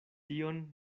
tion